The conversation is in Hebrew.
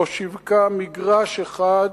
לא שיווקה מגרש אחד